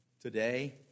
today